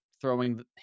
throwing